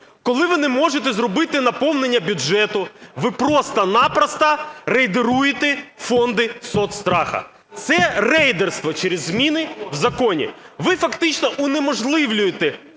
Коли ви не можете зробити наповнення бюджету, ви просто-на-просто рейдеруєте фонди соцстраху, це рейдерство через зміни в законі. Ви фактично унеможливлюєте вплив